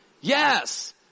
Yes